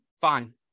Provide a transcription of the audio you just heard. fine